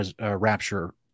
rapture